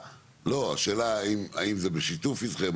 השאלה האם זה בשיתוף איתכם?